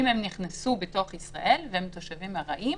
אם הם נכנסו לתוך ישראל והם תושבים ארעיים,